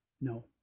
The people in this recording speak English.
No